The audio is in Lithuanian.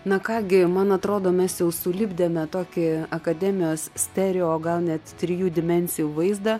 na ką gi man atrodo mes jau sulipdėme tokį akademijos stereo o gal net trijų dimensijų vaizdą